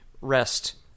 rest